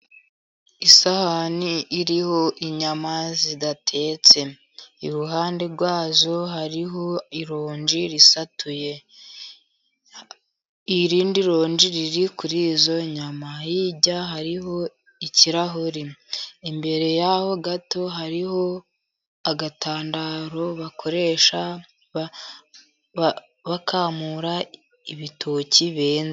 Isahani iriho inyama zidatetse. Iruhande rwazo hariho ironji risatuye. Irindi ronji riri kuri izo nyama. Hirya hariho ikirahuri, imbere yaho gato hariho agatandaro bakoresha bakamura ibitoki benze.